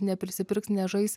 neprisipirks nežais